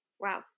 Wow